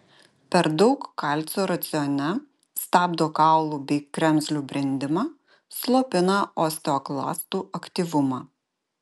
per daug kalcio racione stabdo kaulų bei kremzlių brendimą slopina osteoklastų aktyvumą